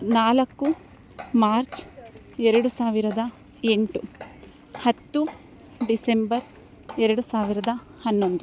ನಾಲ್ಕು ಮಾರ್ಚ್ ಎರಡು ಸಾವಿರದ ಎಂಟು ಹತ್ತು ಡಿಸೆಂಬರ್ ಎರಡು ಸಾವಿರದ ಹನ್ನೊಂದು